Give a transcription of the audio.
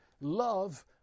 love